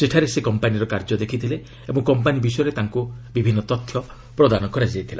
ସେଠାରେ ସେ କମ୍ପାନୀର କାର୍ଯ୍ୟ ଦେଖିଥିଲେ ଓ କମ୍ପାନୀ ବିଷୟରେ ତାଙ୍କୁ ବିଭିନ୍ନ ତଥ୍ୟ ପ୍ରଦାନ କରାଯାଇଥିଲା